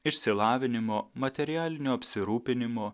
išsilavinimo materialinio apsirūpinimo